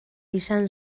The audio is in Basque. izan